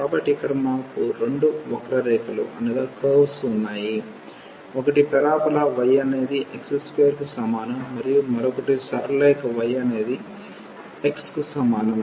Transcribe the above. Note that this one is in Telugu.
కాబట్టి ఇక్కడ మాకు రెండు వక్ర రేఖలు ఉన్నాయి ఒకటి పరబోలా y అనేది x2 కి సమానం మరియు మరొకటి సరళ రేఖ y అనేది x కి సమానం